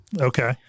Okay